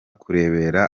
kurebera